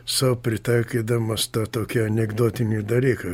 sau pritaikydamas tą tokį anekdotinį dalyką